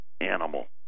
animal